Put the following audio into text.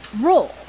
Roll